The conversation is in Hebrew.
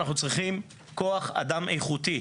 אנחנו צריכים כוח אדם איכותי,